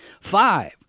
Five